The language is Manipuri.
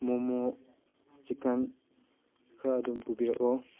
ꯃꯣꯃꯣ ꯆꯤꯛꯀꯟ ꯈꯔ ꯑꯗꯨꯝ ꯄꯨꯕꯤꯔꯛꯑꯣ